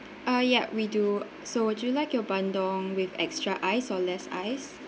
uh ya we do so do you like your bandung with extra ice or less ice